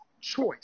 choice